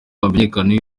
hamenyekane